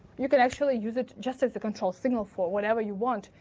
you can actually use it just as a control signal for whatever you want.